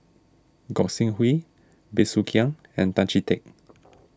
Gog Sing Hooi Bey Soo Khiang and Tan Chee Teck